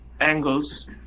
angles